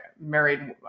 married